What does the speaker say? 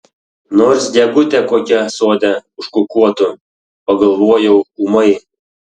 nors gegutė kokia sode užkukuotų pagalvojau ūmai